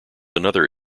another